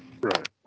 Right